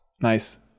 Nice